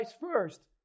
first